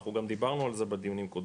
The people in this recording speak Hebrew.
אנחנו גם דיברנו על זה בדיונים קודמים,